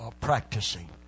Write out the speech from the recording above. practicing